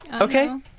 Okay